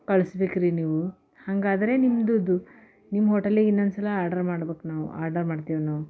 ಕಳ್ಸ್ಬೇಕ್ರೀ ನೀವು ಹಾಗಾದ್ರೆ ನಿಮ್ದು ನಿಮ್ಮ ಹೋಟೆಲಿಗೆ ಇನ್ನೊಂದು ಸಲ ಆರ್ಡರ್ ಮಾಡ್ಬೇಕು ನಾವು ಆರ್ಡರ್ ಮಾಡ್ತೀವಿ ನಾವು